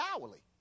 hourly